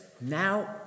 now